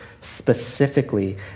specifically